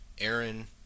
Aaron